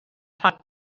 rhag